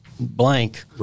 blank